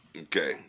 Okay